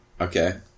Okay